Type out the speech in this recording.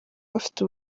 bafite